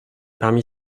parmi